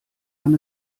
man